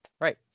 right